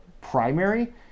primary